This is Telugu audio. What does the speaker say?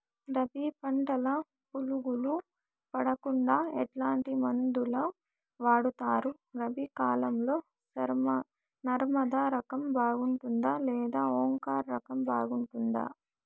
రబి పంటల పులుగులు పడకుండా ఎట్లాంటి మందులు వాడుతారు? రబీ కాలం లో నర్మదా రకం బాగుంటుందా లేదా ఓంకార్ రకం బాగుంటుందా?